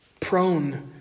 Prone